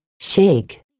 Shake